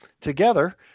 Together